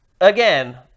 again